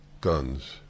guns